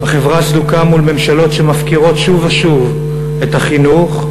החברה סדוקה מול ממשלות שמפקירות שוב ושוב את החינוך,